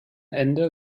ende